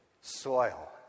soil